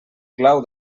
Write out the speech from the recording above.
clau